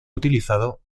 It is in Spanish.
utilizado